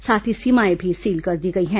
साथ ही सीमाएं भी सील कर दी गई हैं